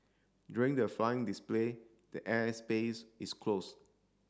during the flying display the air space is closed